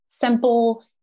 Simple